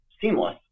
seamless